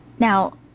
Now